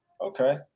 Okay